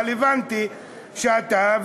אבל הבנתי שאתה,